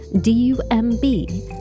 D-U-M-B